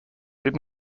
did